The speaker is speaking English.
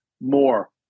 more